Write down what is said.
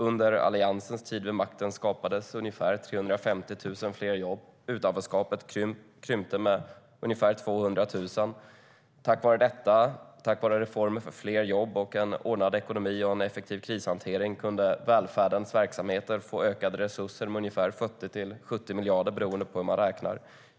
Under Alliansens tid vid makten skapades ungefär 350 000 fler jobb. Utanförskapet krympte med ungefär 200 000 personer. Tack vare detta, tack vare reformer för fler jobb, en ordnad ekonomi och en effektiv krishantering, kunde välfärdens verksamheter få ökade resurser med ungefär 40-70 miljarder, beroende på hur man räknar.